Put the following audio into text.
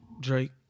Drake